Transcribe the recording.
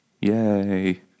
Yay